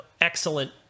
excellent